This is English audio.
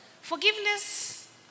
Forgiveness